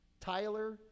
Tyler